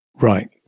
Right